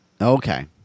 Okay